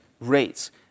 rates